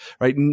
right